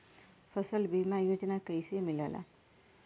फसल बीमा योजना कैसे मिलेला?